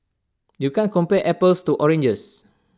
you can't compare apples to oranges